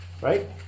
right